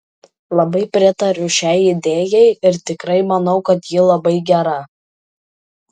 labai pritariu šiai idėjai ir tikrai manau kad ji labai gera